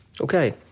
Okay